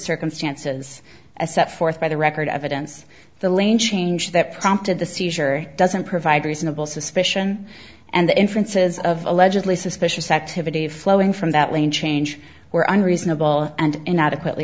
circumstances as set forth by the record evidence the lane change that prompted the seizure doesn't provide reasonable suspicion and the inferences of allegedly suspicious activity flowing from that lane change were unreasonable and inadequately